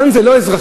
כאן זה לא אזרחים.